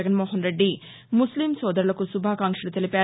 జగన్మోహన్ రెద్ది ముస్లిం సోదరులకు శుభాకాంక్షలు తెలిపారు